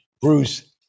Bruce